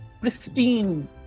pristine